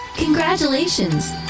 Congratulations